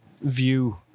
view